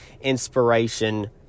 inspiration